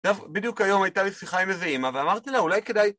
בדיוק היום הייתה לי שיחה עם איזה אמא ואמרתי לה אולי כדאי